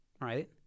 right